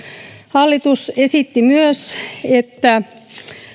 hallitus esitti myös että